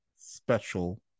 special